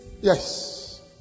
Yes